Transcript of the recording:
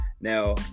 Now